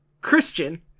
Christian